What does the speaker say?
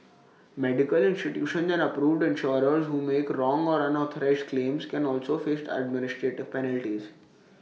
medical institutions and approved insurers who make wrong or unauthorised claims can also face administrative penalties